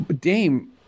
Dame